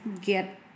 get